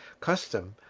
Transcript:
custom,